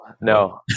no